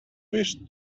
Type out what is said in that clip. wish